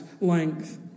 length